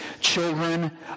Children